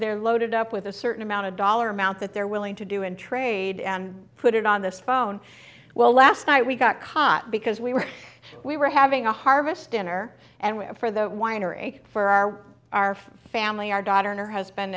they're loaded up with a certain amount of dollar amount that they're willing to do and trade and put it on this phone well last night we got caught because we were we were having a harvest dinner and for the winery for our our family our daughter and her